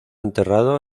enterrado